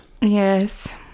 Yes